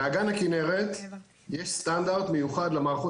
באגן הכנרת יש סטנדרט מיוחד למערכות